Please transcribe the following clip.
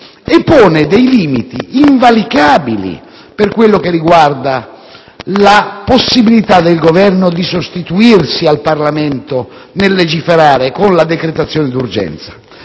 ponendo dei limiti invalicabili per quanto concerne la possibilità del Governo di sostituirsi al Parlamento nel legiferare con la decretazione di urgenza.